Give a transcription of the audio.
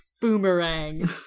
Boomerang